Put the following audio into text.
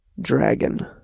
dragon